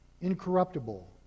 incorruptible